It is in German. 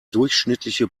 durchschnittliche